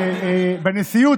בנשיאות,